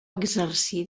exercir